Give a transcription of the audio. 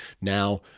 Now